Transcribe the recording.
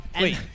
Wait